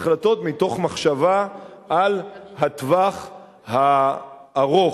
החלטות מתוך מחשבה על הטווח הארוך,